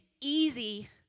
easy